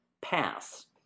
pass